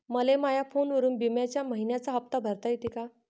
मले माया फोनवरून बिम्याचा मइन्याचा हप्ता भरता येते का?